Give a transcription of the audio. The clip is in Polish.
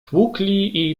tłukli